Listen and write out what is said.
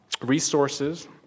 resources